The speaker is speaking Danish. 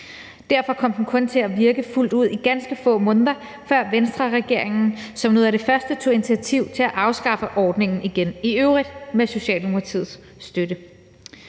Derfor kom den kun til at virke fuldt ud i ganske få måneder, før Venstreregeringen som noget af det første tog initiativ til at afskaffe ordningen igen, i øvrigt med Socialdemokratiets støtte.